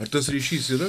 ar tas ryšys yra